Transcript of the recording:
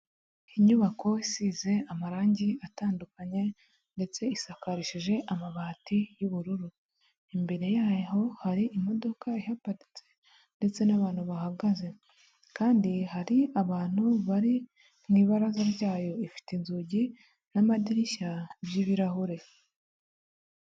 Inyubako isize amarangi atandukanye, ndetse isakarishije amabati y'ubururu. Imbere yaho hari imodoka ihaparitse, ndetse n'abantu bahagaze. Kandi hari abantu bari mu ibaraza ryayo. Ifite inzugi, n'amadirishya, n'ibirahure.